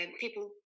people